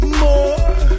more